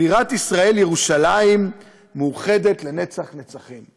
בירת ישראל, ירושלים, מאוחדת לנצח נצחים.